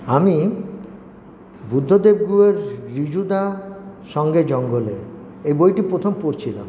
আমি বুদ্ধদেব গুহর ঋজুদা সঙ্গে জঙ্গলে এই বইটি প্রথম পড়ছিলাম